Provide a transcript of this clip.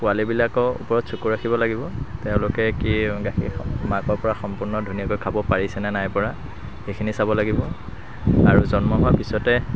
পোৱালিবিলাকৰ ওপৰত চকু ৰাখিব লাগিব তেওঁলোকে কি গাখীৰ মাকৰ পৰা সম্পূৰ্ণ ধুনীয়াকৈ খাব পাৰিছেনে নাই পৰা সেইখিনি চাব লাগিব আৰু জন্ম হোৱাৰ পিছতে